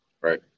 right